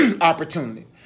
opportunity